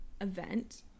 event